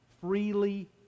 freely